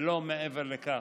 ולא מעבר לכך.